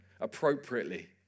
appropriately